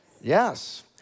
yes